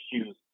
issues